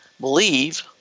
believe